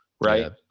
right